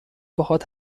باهات